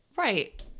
Right